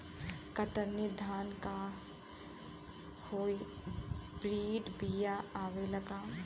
कतरनी धान क high breed बिया आवेला का?